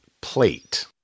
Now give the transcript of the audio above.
plate